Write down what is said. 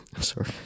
sorry